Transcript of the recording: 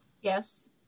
Yes